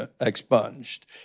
expunged